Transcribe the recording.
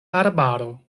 arbaro